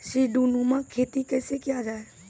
सीडीनुमा खेती कैसे किया जाय?